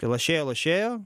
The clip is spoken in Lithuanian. lašėjo lašėjo